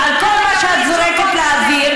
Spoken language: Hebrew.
ועל כל מה שאת זורקת לאוויר,